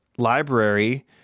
library